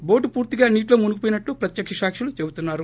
boat పూర్తిగా నీటిలో మునిగిపోయినట్లు ప్రత్యక్ష సాకులు చెటుతున్నారు